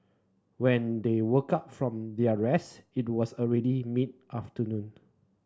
when they woke up from their rest it was already mid afternoon